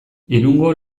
irungo